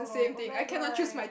oh oh-my-god